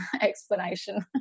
explanation